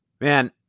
man